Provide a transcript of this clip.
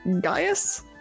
Gaius